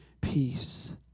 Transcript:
peace